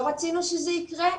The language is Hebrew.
לא רצינו שזה יקרה,